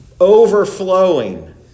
overflowing